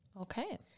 Okay